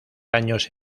años